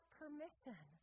permission